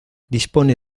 dispone